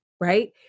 right